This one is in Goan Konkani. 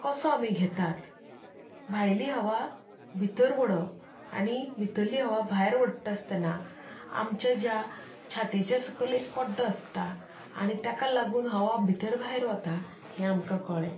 कसो आमी घेतात भायली हवा भितर ओडप आनी भितरली हवा भायर ओडटा आसतना आमचें ज्या छातीच्या सकल पड्डो आसता आनी ताका लागून हवा भितर भायर वता हें आमकां कळ्ळें